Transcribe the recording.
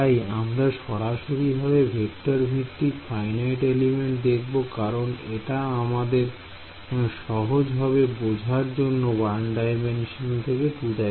তাই আমরা সরাসরিভাবে ভেক্টর ভিত্তিক ফাইনাইট এলিমেন্ট দেখব কারণ এটা আমাদের সহজ হবে বোঝার জন্য 1D থেকে 2D